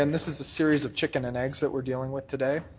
and this is a series of chicken and eggs that we're dealing with today.